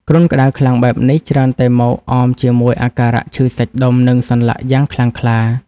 គ្រុនក្តៅខ្លាំងបែបនេះ ច្រើនតែមកអមជាមួយអាការៈឈឺសាច់ដុំ និងសន្លាក់យ៉ាងខ្លាំងក្លា។